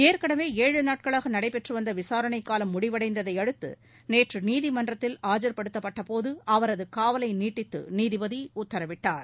ஏற்கனவே ஏழு நாட்களாக நடைபெற்று வந்த விசாரணைக் காலம் முடிவடைந்ததை அடுத்து நேற்று நீதிமன்றத்தில் ஆஜர்படுத்தப்பட்டபோது அவரது காவலை நீட்டித்து நீதிபதி உத்தரவிட்டார்